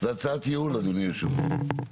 זאת הצעת ייעול, אדוני יושב הראש.